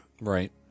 Right